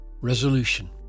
Resolution